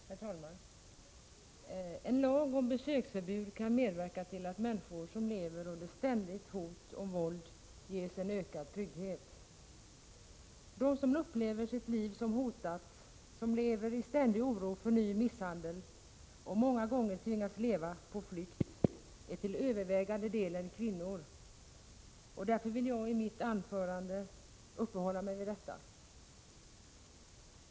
Herr talman! En lag om besöksförbud kan medverka till att människor som lever under ständigt hot om våld ges en ökad trygghet. De som upplever sitt liv som hotat, som lever i ständig oro för ny misshandel och många gånger tvingas leva på flykt är till övervägande delen kvinnor, och därför skall jag i mitt anförande uppehålla mig vid detta problem.